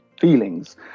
feelings